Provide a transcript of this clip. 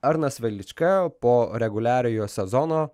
arnas velička po reguliariojo sezono